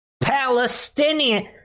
Palestinian